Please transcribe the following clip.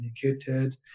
communicated